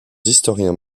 historiens